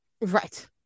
Right